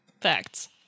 Facts